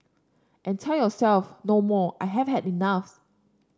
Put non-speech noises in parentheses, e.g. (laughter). and tell yourself no more I have had enough (unintelligible)